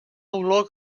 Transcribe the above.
olor